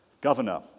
governor